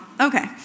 okay